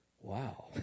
Wow